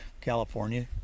California